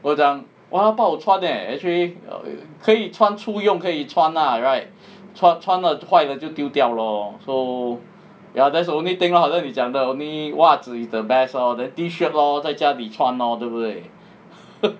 我讲 oh 他不好穿 eh actually 可以穿出用可以穿 lah right 穿穿了坏了就丢掉 lor so ya that's the only thing lor 好像你讲的 only 袜子 is the best lor then T shirt lor 在家里穿 lor 对不对